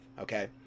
okay